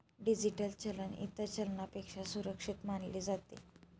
digital चलन इतर चलनापेक्षा सुरक्षित मानले जाते